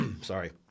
Sorry